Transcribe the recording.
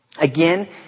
Again